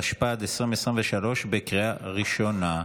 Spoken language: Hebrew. התשפ"ד 2023, בקריאה ראשונה.